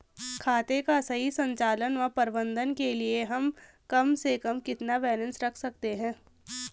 खाते का सही संचालन व प्रबंधन के लिए हम कम से कम कितना बैलेंस रख सकते हैं?